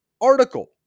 article